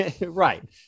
right